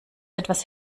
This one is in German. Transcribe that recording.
etwas